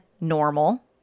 normal